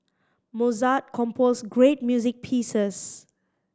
Mozart composed great music pieces